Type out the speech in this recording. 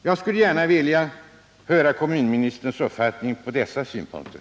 Jag skulle gärna vilja höra kommunministerns uppfattning om dessa synpunkter.